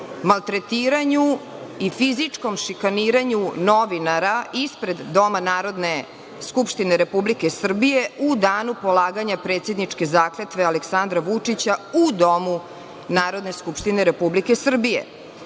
maltretiranju i fizičkom šikaniranju novinara ispred Doma Narodne skupštine Republike Srbije u danu polaganja predsedničke zakletve Aleksandra Vučića u Domu Narodne skupštine Republike Srbije?